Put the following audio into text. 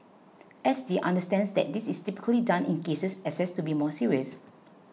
S T understands that this is typically done in cases assessed to be more serious